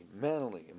mentally